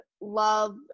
love